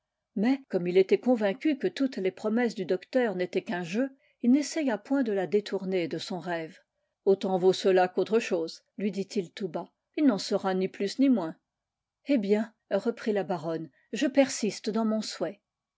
mais comme il était convaincu que toutes les promesses du docteur n'étaient qu'un jeu il n'essaya point de la détourner de son rêve autant vaut cela qu'autre chose lui dit-il tout bas il n'en sera ni plus ni moins eh bien reprit la baronne je persiste dans mon souhait